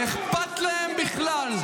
אכפת להם בכלל?